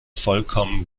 vollkommen